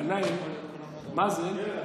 גנאים מאזן,